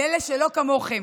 לאלה שלא כמוכם.